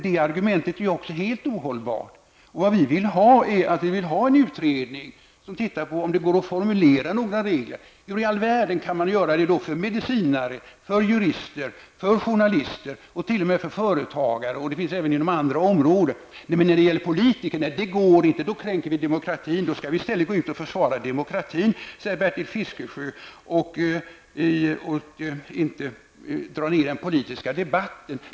Det argumentet är alltså helt ohållbart. Vi vill ha en utredning som tittar på om det går att formulera några regler. Hur i all världen kan man göra det för medicinare, jurister, journalister, t.o.m. för företagare och på en del andra områden? Men när det gäller politiker går det inte. Då kränker vi demokratin. Då skall vi försvara demokratin, säger Bertil Fiskesjö, och inte dra ner den politiska debatten.